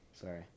Sorry